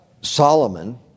Solomon